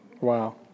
wow